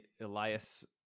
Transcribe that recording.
Elias